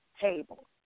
table